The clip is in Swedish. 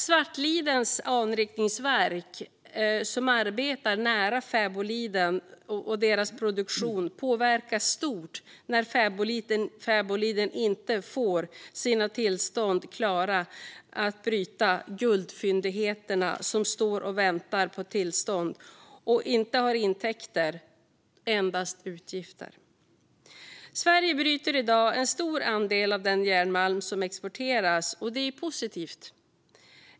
Svartliden anrikningsverk arbetar nära Fäboliden, och deras produktion påverkas stort när Fäboliden inte får sina tillstånd klara för att bryta guldfyndigheterna som finns. De står och väntar på tillstånd och har inte intäkter utan endast utgifter. Sverige bryter i dag en stor andel av den järnmalm som exporteras, och det är positivt.